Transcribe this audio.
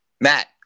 Matt